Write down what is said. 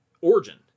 origin